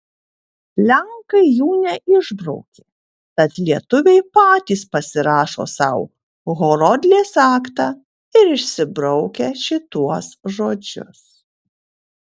lenkai jų neišbraukė tad lietuviai patys pasirašo sau horodlės aktą ir išsibraukia šituos žodžius